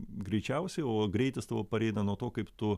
greičiausiai o greitis tavo pareina nuo to kaip tu